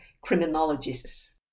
criminologists